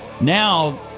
Now